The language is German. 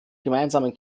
gemeinsamen